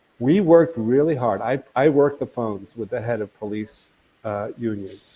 we worked really hard, i worked the phones with the head of police unions.